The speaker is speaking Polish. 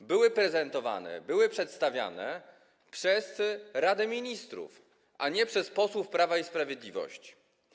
były prezentowane, były przedstawiane przez Radę Ministrów, a nie przez posłów Prawa i Sprawiedliwości.